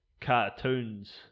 cartoons